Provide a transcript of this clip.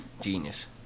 Genius